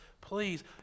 please